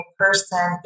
person